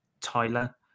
tyler